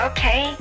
Okay